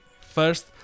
First